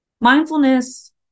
Mindfulness